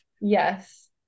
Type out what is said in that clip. Yes